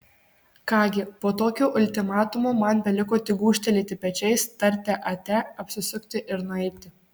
ką gi po tokio ultimatumo man beliko tik gūžtelėti pečiais tarti ate apsisukti ir nueiti